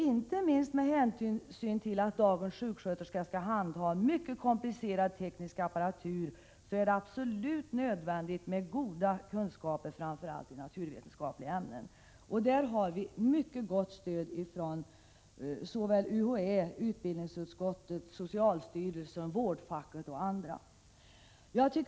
Inte minst med tanke på att dagens sjuksköterska skall handha mycket komplicerad teknisk apparatur är det absolut nödvändigt med goda kunskaper framför allt i naturvetenskapliga ämnen. I fråga om detta har vi gott stöd från UHÄ, utbildningsutskottet, socialstyrelsen, vårdfacket och andra.